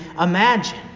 imagine